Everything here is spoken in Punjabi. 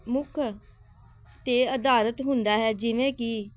ਮੁੱਖ ਤੇ ਅਧਾਰਿਤ ਹੁੰਦਾ ਹੈ ਜਿਵੇਂ ਕਿ